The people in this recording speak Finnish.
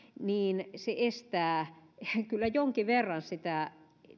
niin ne estävät kyllä jonkin verran sitä